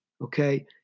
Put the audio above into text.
okay